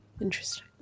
Interesting